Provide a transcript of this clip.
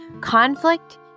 Conflict